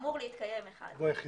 אמור להתקיים אחד.